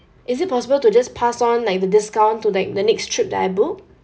is it possible to just pass on like the discount to like the next trip that I book